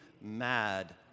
mad